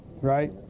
right